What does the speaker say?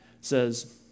says